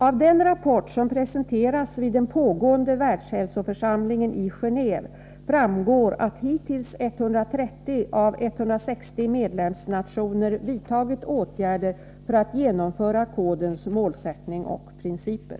Av den rapport som presenteras vid den pågående världshälsoförsamlingen i Genåve framgår att hittills omkring 130 av 160 medlemsnationer vidtagit åtgärder för att genomföra kodens målsättning och principer.